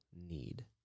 need